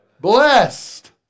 Blessed